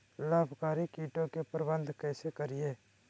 लाभकारी कीटों के प्रबंधन कैसे करीये?